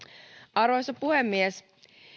arvoisa puhemies